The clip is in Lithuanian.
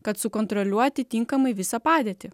kad sukontroliuoti tinkamai visą padėtį